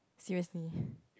seriously